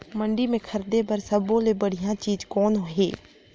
मंडी म खरीदे बर सब्बो ले बढ़िया चीज़ कौन हे?